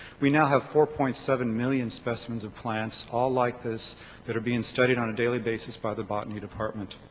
we now have four point seven million specimens of plants all like this that are being studied on a daily basis by the botany department.